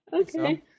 Okay